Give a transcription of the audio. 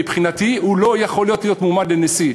מבחינתי הוא לא יכול להיות מועמד לנשיא.